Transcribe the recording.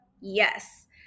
Yes